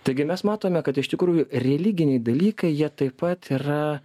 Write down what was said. taigi mes matome kad iš tikrųjų religiniai dalykai jie taip pat yra